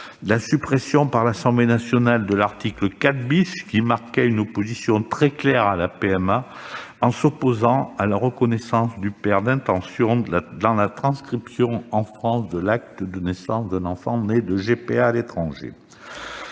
la disposition, qui, au sein de l'article 4 , marquait une opposition très claire à la GPA en s'opposant à la reconnaissance du père d'intention dans la transcription en France de l'acte de naissance d'un enfant né de GPA à l'étranger.